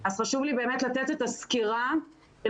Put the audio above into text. חשוב לי באמת לתת את הסקירה על